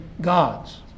God's